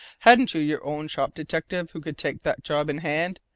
haven't you your own shop detective who could take that job in hand?